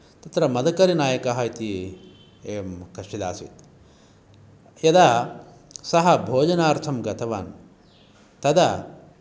तत्र मदकरिनायकः इति एवं कश्चित् आसीत् यदा सः भोजनार्थं गतवान् तदा